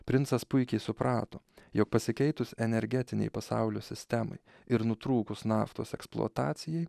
princas puikiai suprato jog pasikeitus energetinei pasaulio sistemai ir nutrūkus naftos eksploatacijai